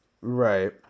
right